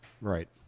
Right